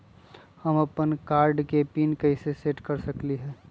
हम अपन कार्ड के पिन कैसे सेट कर सकली ह?